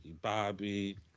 Bobby